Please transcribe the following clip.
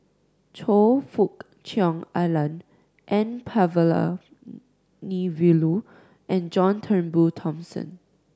Choe Fook Cheong Alan N Palanivelu and John Turnbull Thomson